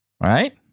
Right